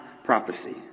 prophecy